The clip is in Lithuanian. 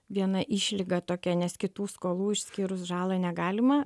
viena išlyga tokia nes kitų skolų išskyrus žalą negalima